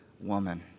woman